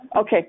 Okay